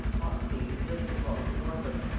oxnead and blickling halls in norfolk,